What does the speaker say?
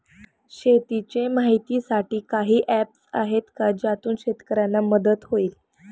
शेतीचे माहितीसाठी काही ऍप्स आहेत का ज्यातून शेतकऱ्यांना मदत होईल?